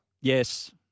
Yes